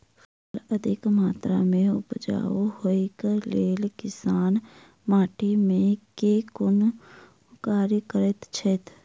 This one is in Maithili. फसल अधिक मात्रा मे उपजाउ होइक लेल किसान माटि मे केँ कुन कार्य करैत छैथ?